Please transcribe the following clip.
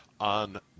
on